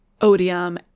odium